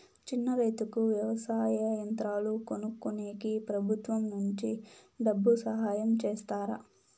చిన్న రైతుకు వ్యవసాయ యంత్రాలు కొనుక్కునేకి ప్రభుత్వం నుంచి డబ్బు సహాయం చేస్తారా?